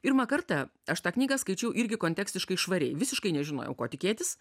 pirmą kartą aš tą knygą skaičiau irgi kontekstiškai švariai visiškai nežinojau ko tikėtis